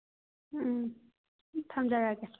ꯎꯝ ꯊꯝꯖꯔꯒꯦ